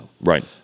Right